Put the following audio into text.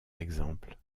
exemple